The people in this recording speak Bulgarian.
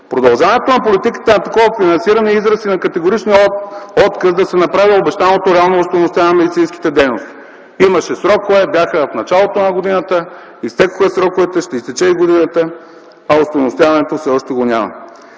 Продължаването на политиката на такова финансиране е израз и на категоричния отказ да се направи обещаното реално остойностяване на медицинските дейности. Имаше срокове – бяха в началото на годината, изтекоха сроковете, ще изтече и годината, а остойностяването все още го няма.